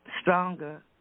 stronger